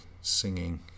singing